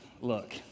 look